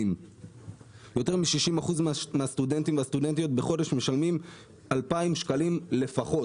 יותר מ-60% מהסטודנטים והסטודנטיות משלמים בחודש 2,000 שקלים לפחות.